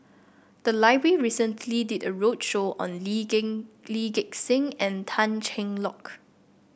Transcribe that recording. the library recently did a roadshow on Lee Gain Lee Gek Seng and Tan Cheng Lock